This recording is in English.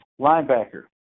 Linebacker